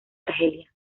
argelia